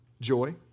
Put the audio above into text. Joy